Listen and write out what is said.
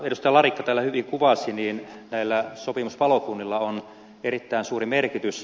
larikka täällä hyvin kuvasi näillä sopimuspalokunnilla on erittäin suuri merkitys